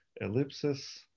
ellipsis